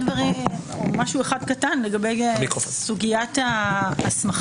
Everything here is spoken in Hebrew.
רק משהו אחד קטן לגבי סוגיית ההסמכה,